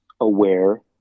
aware